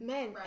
Men